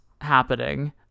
happening